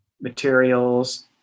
materials